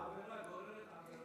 עבירה גוררת עבירה.